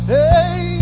hey